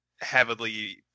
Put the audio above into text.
heavily